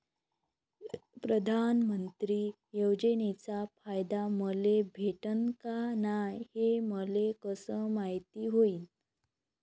प्रधानमंत्री योजनेचा फायदा मले भेटनं का नाय, हे मले कस मायती होईन?